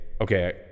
Okay